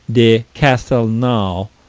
de castelnau,